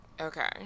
Okay